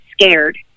scared